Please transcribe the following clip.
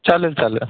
चालेल चालेल